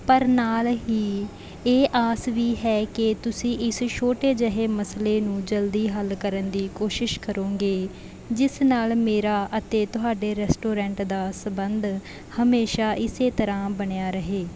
ਪਰ ਨਾਲ ਹੀ ਇਹ ਆਸ ਵੀ ਹੈ ਕਿ ਤੁਸੀਂ ਇਸ ਛੋਟੇ ਜਿਹੇ ਮਸਲੇ ਨੂੰ ਜਲਦੀ ਹੱਲ ਕਰਨ ਦੀ ਕੋਸ਼ਿਸ਼ ਕਰੋਗੇ ਜਿਸ ਨਾਲ ਮੇਰਾ ਅਤੇ ਤੁਹਾਡੇ ਰੈਸਟੋਰੈਂਟ ਦਾ ਸੰਬੰਧ ਹਮੇਸ਼ਾਂ ਇਸੇ ਤਰ੍ਹਾਂ ਬਣਿਆ ਰਹੇ